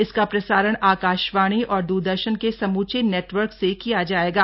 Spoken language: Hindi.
इसका प्रसारण आकाशवाणी और दूरदर्शन के समूचे नेटवर्क से किया जाएगा